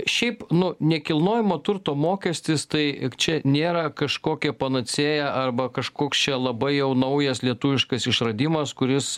šiaip nu nekilnojamo turto mokestis tai čia nėra kažkokia panacėja arba kažkoks čia labai jau naujas lietuviškas išradimas kuris